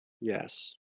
Yes